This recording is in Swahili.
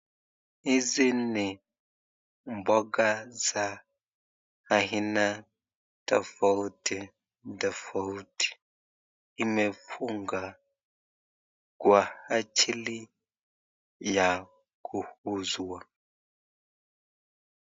Hizi ni mboga za aina tafauti tafauti imefungwa Kwa ajili ya kuuzwa.